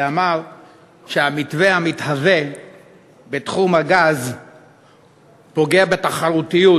ואמר שהמתווה המתהווה בתחום הגז פוגע בתחרותיות